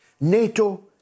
NATO